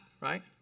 right